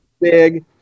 big